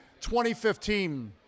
2015